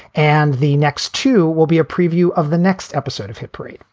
and the next two will be a preview of the next episode of hit parade.